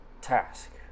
Task